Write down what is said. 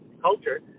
culture